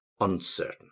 uncertain